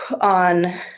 on